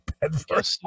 Bedford